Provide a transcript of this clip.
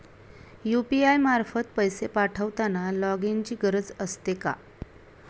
UPI मार्फत पैसे पाठवताना लॉगइनची गरज असते का?